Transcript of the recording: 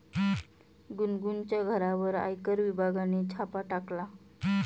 गुनगुनच्या घरावर आयकर विभागाने छापा टाकला